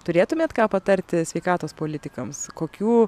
turėtumėt ką patarti sveikatos politikams kokių